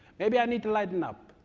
maybe i need to lighten up.